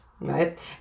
right